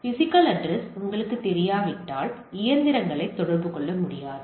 எனவே physical address உங்களுக்குத் தெரியாவிட்டால் இயந்திரங்களைத் தொடர்பு கொள்ள முடியாது